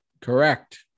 Correct